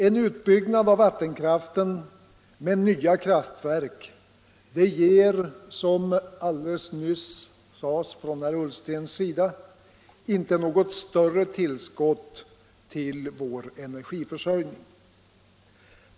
En utbyggnad av vattenkraften med nya kraftverk ger, som herr Ullsten sade alldeles nyss, inte något större tillskott till vår energiförsörjning.